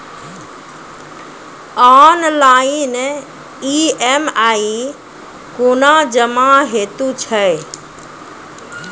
Online EMI कूना जमा हेतु छै?